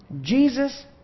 Jesus